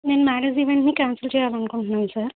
నేను మ్యారేజ్ ఈమెంట్ని క్యాన్సల్ చెయ్యాలనుకుంట్నాను సార్